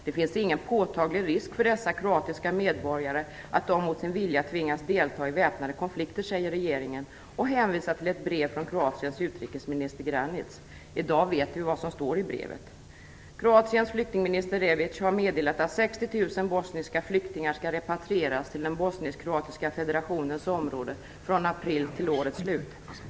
Det finns ingen påtaglig risk för att dessa kroatiska medborgare mot sin vilja tvingas delta i väpnade konflikter, säger regeringen och hänvisar till ett brev från Kroatiens utrikesminister Granic. I dag vet vi vad som står i brevet. Kroatiens flyktingminister Rebic har meddelat att 60 000 bosniska flyktingar skall repatrieras till den bosnienkroatiska federationens område från april till årets slut.